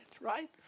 right